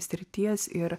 srities ir